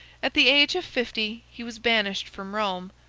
at the age of fifty he was banished from rome,